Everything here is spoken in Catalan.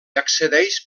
accedeix